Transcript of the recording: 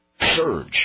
surge